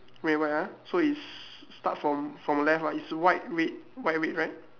red and white ah so it starts from from the left right it's white red white red right